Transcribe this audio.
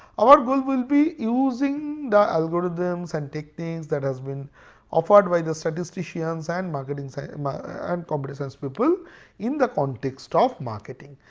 our goal will be using the algorithms and techniques that has been offered by the statisticians and computer science um computer science people in the context of marketing.